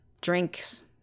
drinks